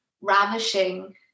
ravishing